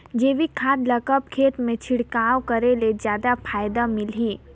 जैविक खाद ल कब खेत मे छिड़काव करे ले जादा फायदा मिलही?